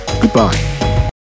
Goodbye